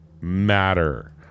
matter